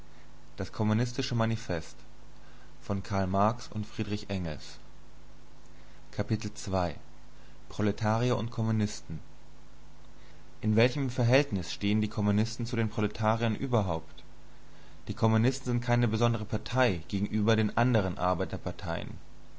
proletarier und kommunisten in welchem verhältnis stehen die kommunisten zu den proletariern überhaupt die kommunisten sind keine besondere partei gegenüber den andern arbeiterparteien